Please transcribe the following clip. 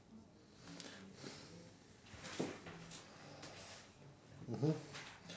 mmhmm